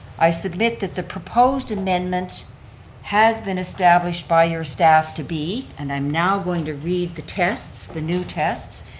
i submit that the proposed amendment has been established by your staff to be, and i'm now going to read the tests, the new tests,